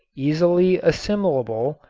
easily assimilable,